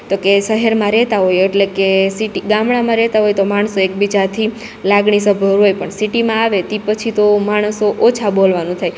તોકે સહેરમાં રહેતા હોઈએ એટલે કે સિટી ગામડામાં રેતા હોય તો માણસો એકબીજાથી લાગણીસભર હોય પણ સિટીમાં આવે તી પછી તો માણસો ઓછા બોલવાનું થાય